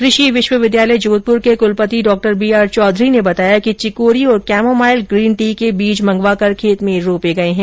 कृषि विश्वविद्यालय जोधपुर के कुलपति डॉ बी आर चौधरी ने बताया कि चिकोरी और कैमोमाइल ग्रीन टी के बीज मंगवाकर खेत में रोंपे गये है